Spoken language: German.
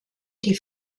die